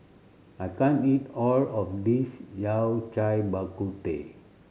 I can't eat all of this Yao Cai Bak Kut Teh